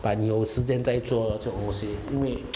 but 你有时间再做这种东西因为